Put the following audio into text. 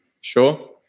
sure